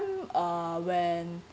uh when